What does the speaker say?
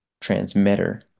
transmitter